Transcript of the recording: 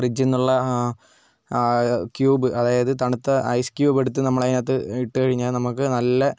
ഫ്രിഡ്ജിൽ നിന്നുള്ള ക്യൂബ് അതായത് തണുത്ത ഐസ്ക്യൂബ് എടുത്ത് നമ്മൾ അതിനകത്ത് ഇട്ടുകഴിഞ്ഞാൽ നമുക്ക് നല്ല